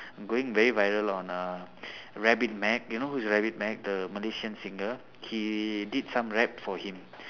going very viral on uh rabbit mac you know who's rabbit mac the malaysian singer he did some rap for him